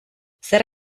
zer